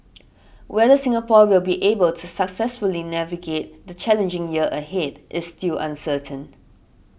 whether Singapore will be able to successfully navigate the challenging year ahead is still uncertain